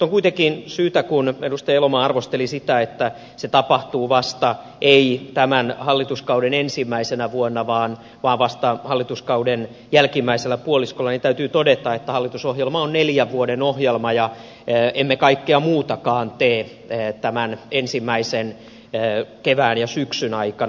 nyt kuitenkin kun edustaja elomaa arvosteli sitä että se tapahtuu ei tämän hallituskauden ensimmäisenä vuonna vaan vasta hallituskauden jälkimmäisellä puoliskolla täytyy todeta että hallitusohjelma on neljän vuoden ohjelma ja emme kaikkea muutakaan tee tämän ensimmäisen kevään ja syksyn aikana